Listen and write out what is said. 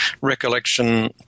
recollection